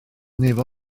nifer